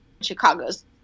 Chicago's